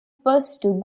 postes